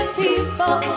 people